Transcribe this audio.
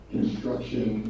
Construction